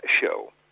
show